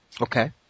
Okay